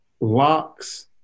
locks